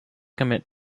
commit